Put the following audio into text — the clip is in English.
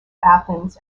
athens